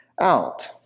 out